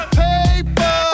paper